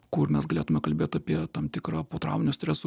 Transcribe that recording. kur mes galėtume kalbėt apie tam tikrą potrauminio streso